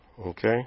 Okay